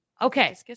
okay